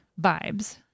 vibes